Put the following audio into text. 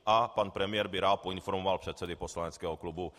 A pan premiér by rád poinformoval předsedy poslaneckého klubu.